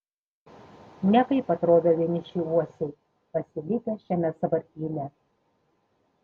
nekaip atrodo vieniši uosiai pasilikę šiame sąvartyne